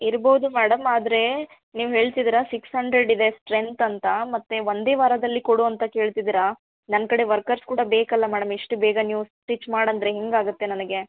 ಇರ್ಬೋದು ಮೇಡಮ್ ಆದರೆ ನೀವು ಹೇಳ್ತಿದ್ದೀರ ಸಿಕ್ಸ್ ಹಂಡ್ರೆಡ್ ಇದೆ ಸ್ಟ್ರೆಂತ್ ಅಂತ ಮತ್ತು ಒಂದೇ ವಾರದಲ್ಲಿ ಕೊಡು ಅಂತ ಕೇಳ್ತಿದ್ದೀರಾ ನನ್ನ ಕಡೆ ವರ್ಕರ್ಸ್ ಕೂಡ ಬೇಕಲ್ಲ ಮೇಡಮ್ ಇಷ್ಟು ಬೇಗ ನೀವು ಸ್ಟಿಚ್ ಮಾಡು ಅಂದರೆ ಹೆಂಗೆ ಆಗುತ್ತೆ ನನಗೆ